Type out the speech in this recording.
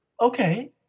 Okay